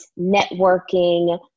networking